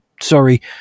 sorry